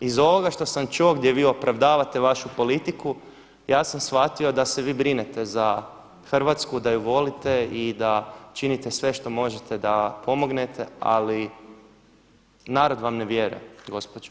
Iz ovoga što sam čuo gdje vi opravdavate vašu politiku ja sam shvatio da se vi brinete za Hrvatsku, da ju volite i da činite sve što možete da pomognete ali narod vam ne vjeruje gospođo.